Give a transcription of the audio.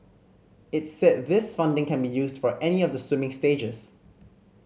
it said this funding can be used for any of the swimming stages